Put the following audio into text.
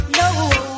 no